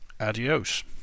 adios